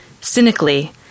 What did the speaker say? Cynically